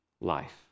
life